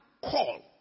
call